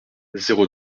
zéro